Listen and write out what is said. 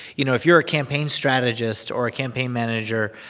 you know, if you're a campaign strategist or a campaign manager,